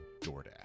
DoorDash